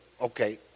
okay